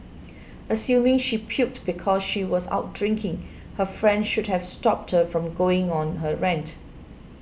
assuming she puked because she was out drinking her friend should have stopped her from going on her rant